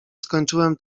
skończyłem